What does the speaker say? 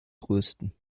größten